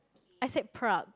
I said Prague